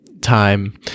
time